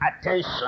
attention